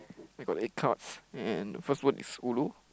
I got eight cards and first word is ulu